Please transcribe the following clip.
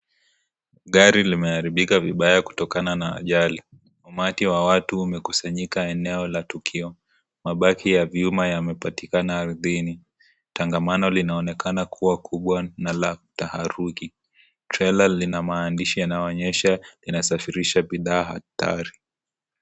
Gari limeharibika vibaya kutokana na ajali. Umati wa watu umekusanyika eneo la tukio. Mabaki ya vyuma yamepatikana ardhini. Tangamano linaonekana kuwa kubwa na la taharuki. Trela lina maandishi yanayoonyesha inasafirisha bidhaa hatari.